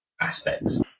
aspects